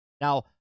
Now